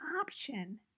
option